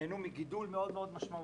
נהנו מגידול מאוד מאוד משמעותי.